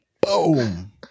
Boom